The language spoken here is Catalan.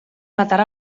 matar